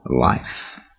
life